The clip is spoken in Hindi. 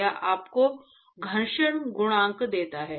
यह आपको घर्षण गुणांक देता है